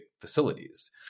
facilities